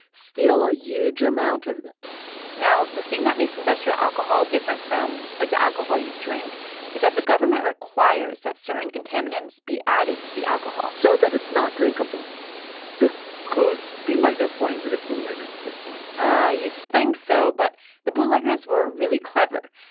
steal a huge amount of this now, the thing that makes industrial alcohol different from, like, the alcohol you drink is that the government requires that certain contaminants be added to the alcohol so that it's not drinkable the clues seem like they're pointing to the bootleggers at this this point ah you'd think so, but the bootleggers were really clever.